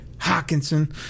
Hawkinson